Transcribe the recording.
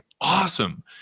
awesome